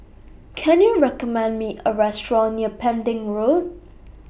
Can YOU recommend Me A Restaurant near Pending Road